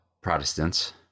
Protestants